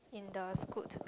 in the Scoot